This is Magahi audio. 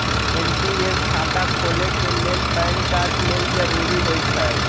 एन.पी.एस खता खोले के लेल पैन कार्ड लेल जरूरी होइ छै